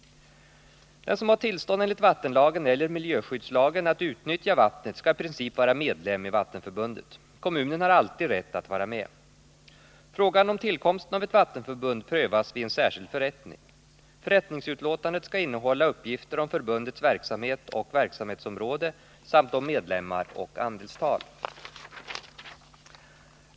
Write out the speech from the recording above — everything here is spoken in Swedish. Den som har tillstånd enligt vattenlagen eller miljöskyddslagen att utnyttja vattnet skall i princip vara medlem i vattenförbundet. Kommunen har alltid rätt att vara med. Frågan om tillkomsten av ett vattenförbund prövas vid en särskild förrättning. Förrättningsutlåtandet skall innehålla uppgifter om förbundets verksamhet och verksamhetsområde samt om medlemmar och andelstal.